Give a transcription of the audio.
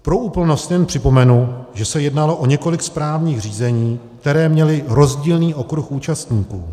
Pro úplnost jen připomenu, že se jednalo o několik správních řízení, která měla rozdílný okruh účastníků.